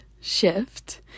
shift